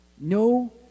No